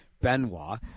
Benoit